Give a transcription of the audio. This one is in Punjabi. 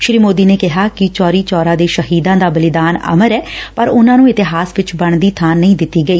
ਸ੍ਰੀ ਮੋਦੀ ਨੇ ਕਿਹਾ ਕਿ ਚੌਰੀ ਚੌਰਾ ਦੇ ਸ਼ਹੀਦਾਂ ਦਾ ਬਲੀਦਾਨ ਅਮਰ ਏ ਪਰ ਉਨ੍ਹਾਂ ਨੂੰ ਇਤਿਹਾਸ ਵਿਚ ਬਣਦੀ ਬਾਂ ਨਹੀਂ ਦਿੱਤੀ ਗਈ